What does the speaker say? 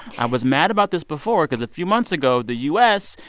i was mad about this before because a few months ago, the u s.